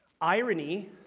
Irony